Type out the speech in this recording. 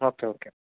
okay okay